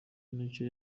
n’icyo